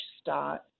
start